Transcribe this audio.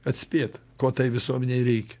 atspėt ko tai visuomenei reikia